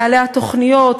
מנהלי התוכניות,